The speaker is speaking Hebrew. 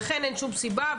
לכן אין שום סיבה,